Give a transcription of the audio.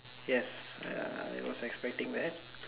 yes uh I was expecting that